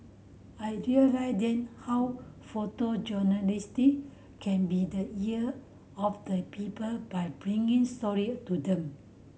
I realised then how photojournalist can be the ear of the people by bringing story to them